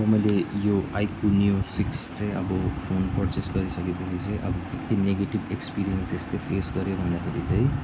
अब मैले यो आइकु नियो सिक्स चाहिँ अब म पर्चेस गरिसकेपछि चाहिँ अब के के नेगेटिभ एक्सपिरियन्स यस्तो फेस गरेँ भन्दाखेरि चाहिँ